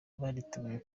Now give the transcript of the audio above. baritegura